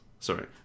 Sorry